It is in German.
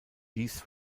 dies